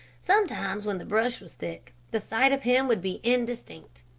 sometimes when the brush was thick, the sight of him would be indistinct.